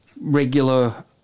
regular